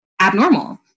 abnormal